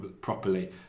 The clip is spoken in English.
properly